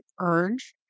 urge